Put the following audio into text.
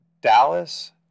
Dallas